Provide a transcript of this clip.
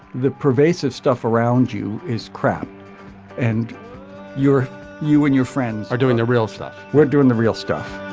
the pervasive stuff around you is crap and you're you and your friends are doing the real stuff. we're doing the real stuff.